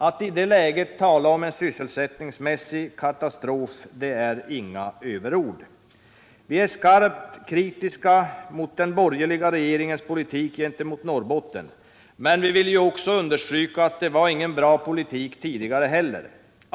Att i det läget tala om en sysselsättningsmässig katastrof är ingen överdrift. Vi är skarpt kritiska mot den borgerliga regeringens politik gentemot Norrbotten men vill också understryka att det inte var någon bra politik tidigare heller.